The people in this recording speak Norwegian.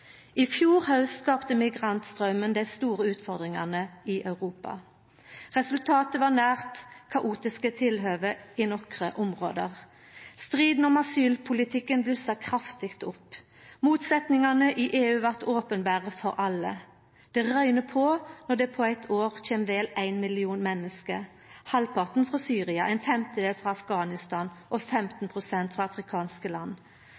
I fjor haust skapa migrantstraumen dei store utfordringane i Europa. Resultatet var nær kaotiske tilhøve i nokre område. Striden om asylpolitikken blussa kraftig opp. Motsetningane i EU blei openberre for alle. Det røyner på når det på eitt år kjem vel ein million menneske, halvparten frå Syria, ein femtedel frå Afghanistan og 15 pst. frå afrikanske land.